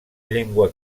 llengua